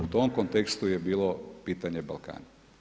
U tom kontekstu je bilo pitanje Balkana.